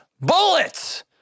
Bullets